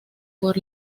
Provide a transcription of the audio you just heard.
por